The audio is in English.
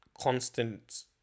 constant